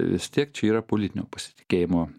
vis tiek čia yra politinio pasitikėjimo